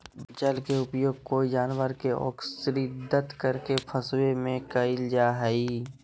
जल के उपयोग कोय जानवर के अक्स्र्दित करके फंसवे में कयल जा हइ